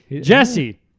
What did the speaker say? Jesse